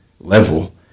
level